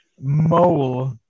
Mole